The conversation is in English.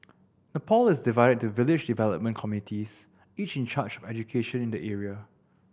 Nepal is divided into village development committees each in charge of education in the area